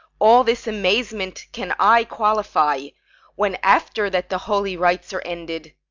all this amazement can i qualify when after that the holy rites are ended,